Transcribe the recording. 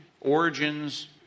origins